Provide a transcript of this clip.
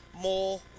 more